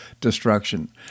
destruction